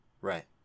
Right